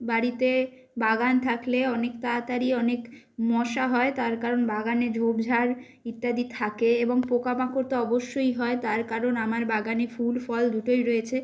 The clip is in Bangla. বাড়িতে বাগান থাকলে অনেক তাড়াতাড়ি অনেক মশা হয় তার কারণ বাগানে ঝোপ ঝাড় ইত্যাদি থাকে এবং পোকা মাকড় তো অবশ্যই হয় তার কারণ আমার বাগানে ফুল ফল দুটোই রয়েছে